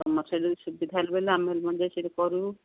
ତୁମର ସେଇଠି ଯଦି ସୁବିଧା ହେଲେ ବୋଇଲେ ଆମେ ହେରି ମଧ୍ୟ ସେଇଠି କରିବୁ